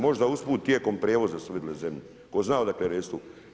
Možda usput tijekom prijevoza su vidjele zemlju, tko zna odakle restu.